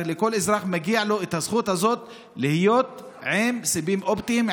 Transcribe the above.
לכל אזרח מגיעה הזכות הזאת להיות עם סיבים אופטיים,